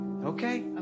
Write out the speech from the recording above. Okay